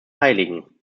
heiligen